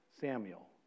Samuel